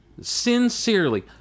sincerely